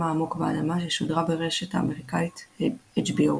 "עמוק באדמה" ששודרה ברשת האמריקאית HBO.